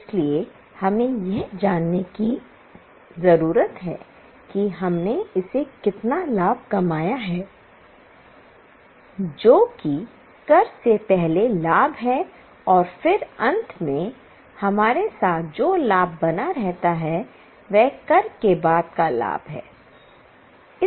इसलिए हमें यह जानने की जरूरत है कि हमने इसे कितना लाभ कमाया है जो कि कर से पहले लाभ है और फिर अंत में हमारे साथ जो लाभ बना रहता है वह कर के बाद का लाभ है